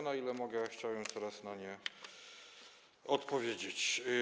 Na ile mogę, chciałem teraz na nie odpowiedzieć.